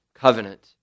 covenant